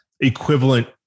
equivalent